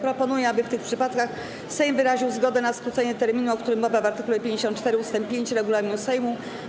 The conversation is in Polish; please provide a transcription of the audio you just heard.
Proponuję, aby w tych przypadkach Sejm wyraził zgodę na skrócenie terminu, o którym mowa w art. 54 ust. 5 regulaminu Sejmu.